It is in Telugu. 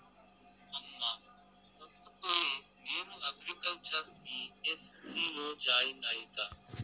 అమ్మా ఒప్పుకోయే, నేను అగ్రికల్చర్ బీ.ఎస్.సీ లో జాయిన్ అయితా